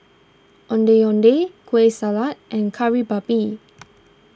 Ondeh Ondeh Kueh Salat and Kari Babi